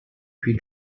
più